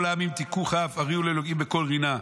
כל העמים תקעו כף הריעו לאלהים בקול רנה.